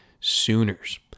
Sooners